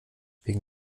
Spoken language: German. wegen